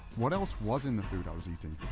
what else was in the food i was eating?